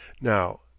now